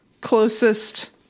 closest